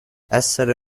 essere